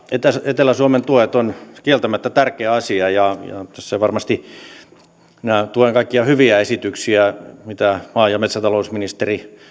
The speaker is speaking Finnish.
etelä suomen tuet ovat kieltämättä tärkeä asia tässä varmasti ovat kaikki hyviä esityksiä mitä maa ja metsätalousministeri